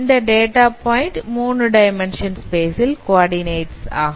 இந்த data point 3 dimension space ல் coordinate ஆகும்